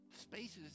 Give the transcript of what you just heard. spaces